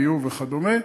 ביוב וכדומה,